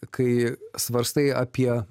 kai svarstai apie